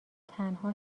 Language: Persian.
تنها